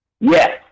yes